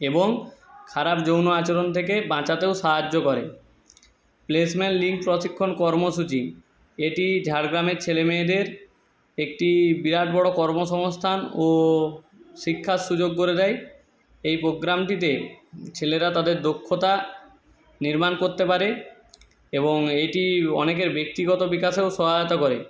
এবং খারাপ যৌন আচরণ থেকে বাঁচাতেও সাহায্য করে প্লেসমেন্ট লীংক কর্মসূচি এটি ঝাড়গ্রামের ছেলে মেয়েদের একটি বিরাট বড়ো কর্মসংওস্থান ও শিক্ষার সুযোগ করে দেয় এই পোগ্রামটিতে ছেলেরা তাদের দক্ষতা নির্মাণ করতে পারে এবং এইটি অনেকের ব্যক্তিগত বিকাশেও সহায়তা করে